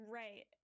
right